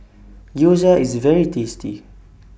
Gyoza IS very tasty